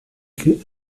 que